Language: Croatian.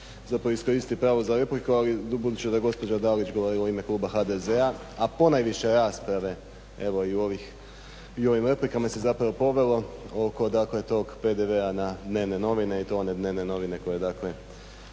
zapravo iskoristiti pravo za repliku, ali budući da je gospođa Dalić govorila u ime kluba HDZ-a a ponajviše rasprave evo i u ovim replikama se zapravo povelo oko dakle tog PDV-a na dnevne novine i to one dnevne novine koje imaju